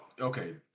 Okay